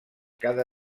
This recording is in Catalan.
cada